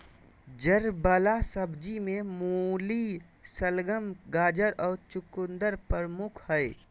जड़ वला सब्जि में मूली, शलगम, गाजर और चकुंदर प्रमुख हइ